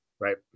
Right